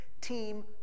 Team